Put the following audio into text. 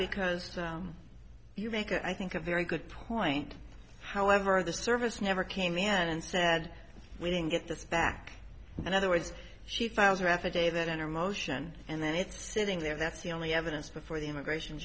because you make i think a very good point however the service never came in and said we didn't get this back in other words she filed her affidavit in her motion and then it's sitting there that's the only evidence before the immigration